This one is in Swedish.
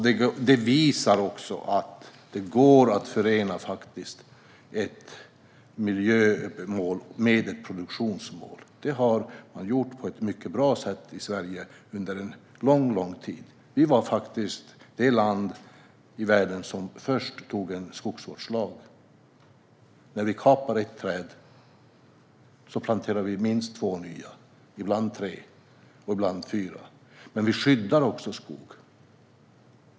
Detta visar också att det går att förena ett miljömål med ett produk-tionsmål. Det har man gjort på ett mycket bra sätt i Sverige under en lång tid. Vi var faktiskt det land i världen som först antog en skogsvårdslag. När vi kapar ett träd planterar vi minst två nya, ibland tre eller fyra. Men vi skyddar också skog.